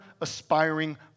aspiring